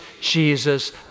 Jesus